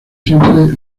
siempre